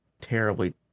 terribly